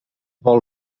vol